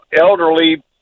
Elderly